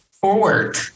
forward